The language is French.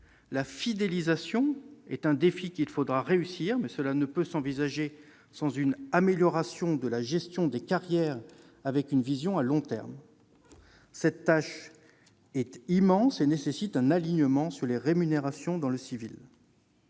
La fidélisation est un défi qu'il faudra relever. Cela ne peut s'envisager sans une amélioration de la gestion des carrières, avec une vision à long terme. Cette tâche immense exige un alignement sur les rémunérations du domaine civil.